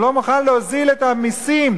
הוא לא מוכן להוזיל את המסים.